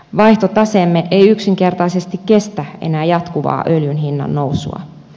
vaihtotaseemme ei yksinkertaisesti kestä enää jatkuvaa öljyn hinnannousua